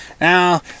Now